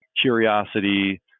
curiosity